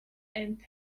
and